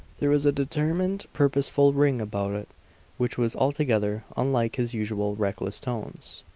there was a determined, purposeful ring about it which was altogether unlike his usual reckless tones.